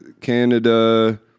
Canada